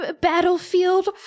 battlefield